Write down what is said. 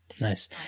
Nice